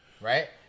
right